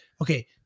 Okay